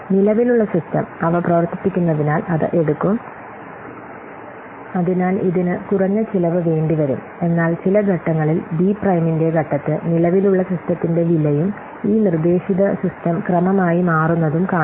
നിലവിലുള്ള സിസ്റ്റം അവ പ്രവർത്തിപ്പിക്കുന്നതിനാൽ അത് എടുക്കും അതിനാൽ ഇതിന് കുറഞ്ഞ ചിലവ് വേണ്ടിവരും എന്നാൽ ചില ഘട്ടങ്ങളിൽ ബി പ്രൈമിന്റെ ഘട്ടത്തിൽ നിലവിലുള്ള സിസ്റ്റത്തിന്റെ വിലയും ഈ നിർദ്ദേശിത സിസ്റ്റം ക്രമമായി മാറുന്നതും കാണും